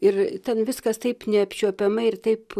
ir ten viskas taip neapčiuopiama ir taip